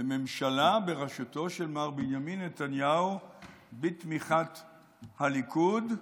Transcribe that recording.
לממשלה בראשותו של מר בנימין נתניהו בתמיכת הליכוד,